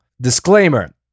disclaimer